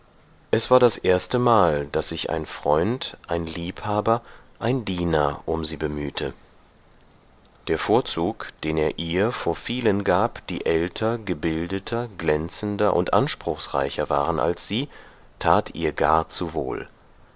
es war das erstemal daß sich ein freund ein liebhaber ein diener um sie bemühte der vorzug den er ihr vor vielen gab die älter gebildeter glänzender und anspruchsreicher waren als sie tat ihr gar zu wohl